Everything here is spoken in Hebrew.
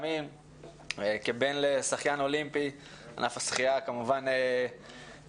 כבן לשחיין אולימפי ענף השחייה קרוב